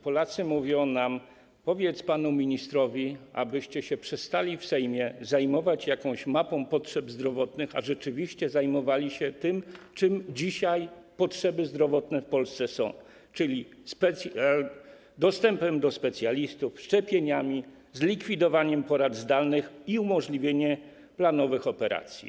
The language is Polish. Polacy mówią nam: powiedz panu ministrowi, abyście w Sejmie przestali zajmować się jakąś mapą potrzeb zdrowotnych, a rzeczywiście zajmowali się tym, czym dzisiaj potrzeby zdrowotne w Polsce są, czyli dostępem do specjalistów, szczepieniami, zlikwidowaniem porad zdalnych i umożliwieniem planowych operacji.